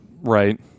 right